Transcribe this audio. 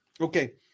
Okay